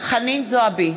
חנין זועבי,